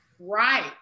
Right